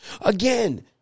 Again